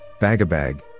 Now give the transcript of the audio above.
Bagabag